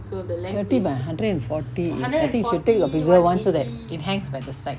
thirty by hundred and forty I think we should take a bigger one so that it hangs by the side